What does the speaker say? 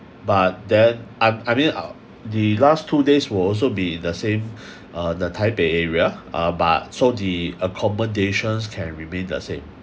but then I'm I mean I the last two days will also be the same uh the taipei area uh but so the accommodations can remain the same